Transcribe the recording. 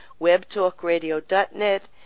webtalkradio.net